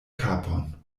kapon